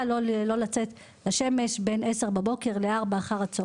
לא לצאת לשמש בין 10:00 בבוקר ל-16:00.